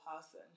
person